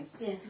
Yes